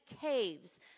caves